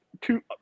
two